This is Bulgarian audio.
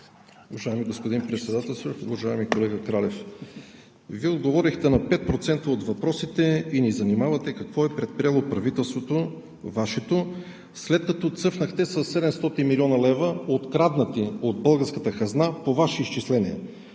Уважаеми господин Председателстващ, уважаеми колега Кралев! Вие отговорихте на пет процента от въпросите и ни занимавате какво е предприело правителството – Вашето, след като цъфнахте със 700 млн. лв. откраднати от българската хазна, по ваши изчисления.